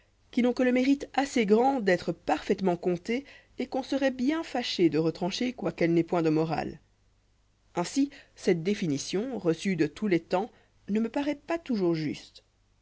qui n'ont que le mérité assez grand d'être parfaitement contées et qu'on seroit bien fâché de retrancher quoiqu'elles n'aient point de morale ainsi cette définition reçue de tous les temps ne me paroît pas toujours